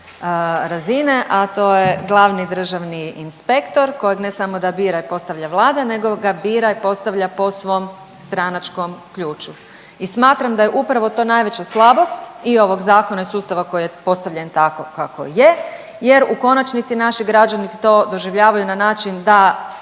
razine, a to je glavni državni inspektor kojeg ne samo da bira i postavlja Vlada nego ga bira i postavlja po svom stranačkom ključu. I smatram da je upravo to najveća slabost i ovog zakona i sustava koji je postavljen tako kako je jer u konačnici naši građani to doživljavaju na način da